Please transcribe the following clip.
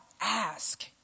ask